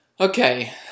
Okay